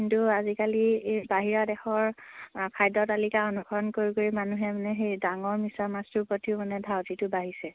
কিন্তু আজিকালি এই বাহিৰা দেশৰ খাদ্য তালিকা অনুসৰণ কৰি কৰি মানুহে মানে সেই ডাঙৰ মিছা মাছটোৰ প্ৰতিও মানে ধাউতিটো বাঢ়িছে